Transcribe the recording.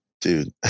Dude